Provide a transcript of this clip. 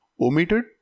omitted